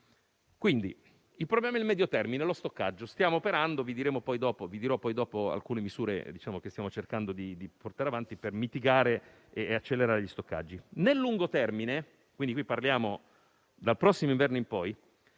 tanto. Il problema sul medio termine, dunque, è lo stoccaggio. Stiamo operando e vi descriverò dopo alcune misure che stiamo cercando di portare avanti per mitigare e accelerare gli stoccaggi. Nel lungo termine, quindi dal prossimo inverno in poi,